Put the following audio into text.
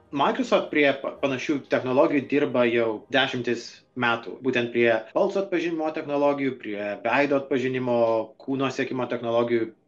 microsoft prie panašių technologijų dirba jau dešimtis metų būtent prie balso atpažinimo technologijų prie veido atpažinimo kūno sekimo technologijų